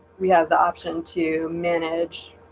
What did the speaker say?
we have the option to manage